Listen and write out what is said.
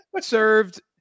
served